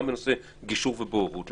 גם בנושא גישור ובוררות,